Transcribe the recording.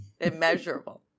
immeasurable